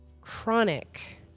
chronic